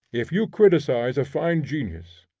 if you criticise a fine genius,